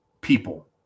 people